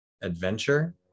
adventure